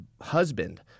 Husband